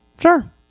sure